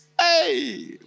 Hey